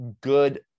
good